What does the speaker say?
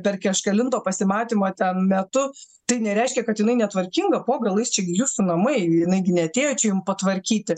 per kažkelinto pasimatymo ten metu tai nereiškia kad jinai netvarkinga po galais čia gi jūsų namai jinai gi neatėjo čia jum patvarkyti